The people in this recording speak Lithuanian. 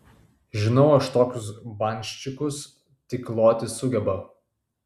žinau aš tokius banščikus tik loti sugeba